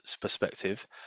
perspective